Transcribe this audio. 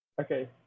Okay